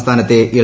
സംസ്ഥാനത്തെ എൽ